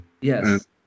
Yes